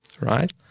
right